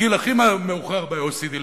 הגיל הכי מאוחר ב-OECD לפנסיה,